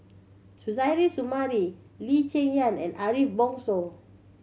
Suzairhe Sumari Lee Cheng Yan and Ariff Bongso